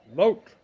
vote